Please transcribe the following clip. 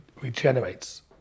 regenerates